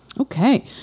Okay